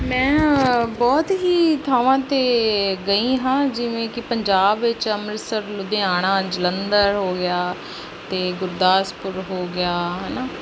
ਮੈਂ ਬਹੁਤ ਹੀ ਥਾਵਾਂ 'ਤੇ ਗਈ ਹਾਂ ਜਿਵੇਂ ਕਿ ਪੰਜਾਬ ਵਿੱਚ ਅੰਮ੍ਰਿਤਸਰ ਲੁਧਿਆਣਾ ਜਲੰਧਰ ਹੋ ਗਿਆ ਅਤੇ ਗੁਰਦਾਸਪੁਰ ਹੋ ਗਿਆ ਹੈ ਨਾ